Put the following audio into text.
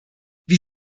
wie